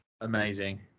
amazing